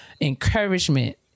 encouragement